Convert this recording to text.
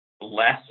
less